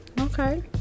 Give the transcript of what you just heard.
Okay